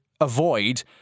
avoid